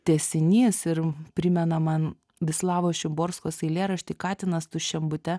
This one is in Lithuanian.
tęsinys ir primena man vislavo šiborksos eilėraštį katinas tuščiam bute